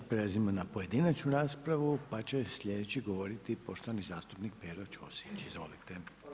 Sad prelazimo na pojedinačnu raspravu pa će slijedeći govoriti poštovani zastupnik Pero Ćosić, izvolite.